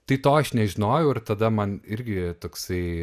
tai to aš nežinojau ir tada man irgi toksai